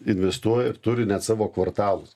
investuoja ir turi net savo kvartalus